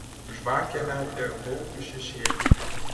žvakė metė baugų šešėlį